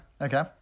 Okay